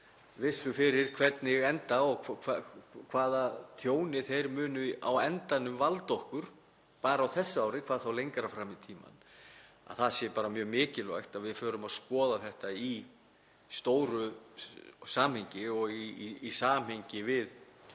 vissu fyrir hvernig enda og hvaða tjóni þeir muni á endanum valda okkur, bara á þessu ári, hvað þá lengra fram í tímann, þá er bara mjög mikilvægt að við förum að skoða þetta í stóru samhengi og í samhengi við